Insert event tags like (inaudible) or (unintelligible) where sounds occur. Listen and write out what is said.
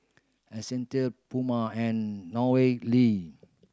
Essential Puma and (unintelligible)